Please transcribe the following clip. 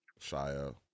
shia